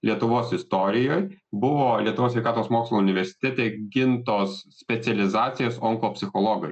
lietuvos istorijoj buvo lietuvos sveikatos mokslų universitete gintos specializacijos onkopsichologai